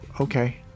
okay